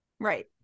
right